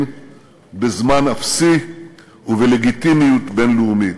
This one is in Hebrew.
בזמן אפסי ובלגיטימיות בין-לאומית.